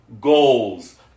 goals